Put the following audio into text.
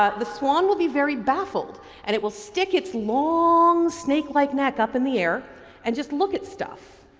ah the swam will be very baffled and it will stick it's long snakelike neck up in the air and just look at stuff.